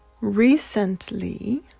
Recently